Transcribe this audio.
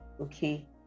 okay